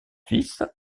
fils